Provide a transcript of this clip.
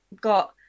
got